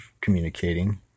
communicating